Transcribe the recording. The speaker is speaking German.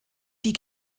die